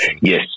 Yes